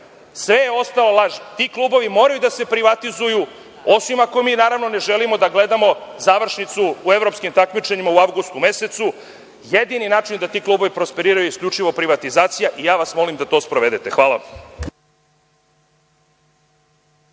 Sve ostalo je laž, ti klubovi moraju da se privatizuju, osim ako mi ne želimo da gledamo završnicu u evropskim takmičenjima u avgustu mesecu. Jedini način da ti klubovi prosperiraju je isključivo privatizacija i molim vas da to sprovedete. Hvala.